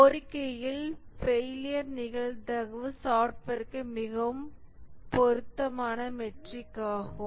கோரிக்கையில் failure நிகழ்தகவு software க்கு மிகவும் பொருத்தமான மெட்ரிக் ஆகும்